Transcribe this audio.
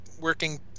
working